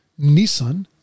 Nissan